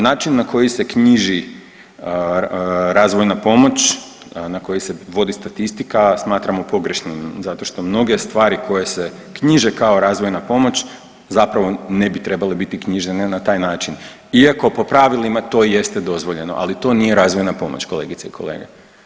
Način na koji se knjiži razvojna pomoć, na koji se vodi statistika smatramo pogrešnim zato što mnoge stvari koje se knjiže kao razvojna pomoć zapravo ne bi trebale biti knjižene na taj način iako po pravilima to jeste dozvoljeno, ali to nije razvojna pomoć kolegice i kolege.